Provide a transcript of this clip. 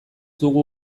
dugu